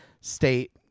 state